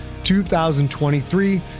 2023